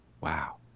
Wow